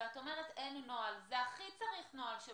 את אומרת שאין נוהל, אבל זה הכי צריך נוהל.